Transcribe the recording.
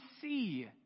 see